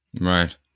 Right